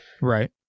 Right